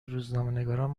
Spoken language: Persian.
روزنامهنگاران